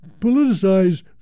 politicize